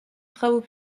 travaux